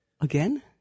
Again